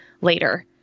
later